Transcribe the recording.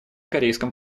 корейском